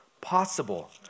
possible